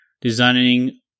designing